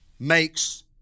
Makes